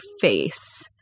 face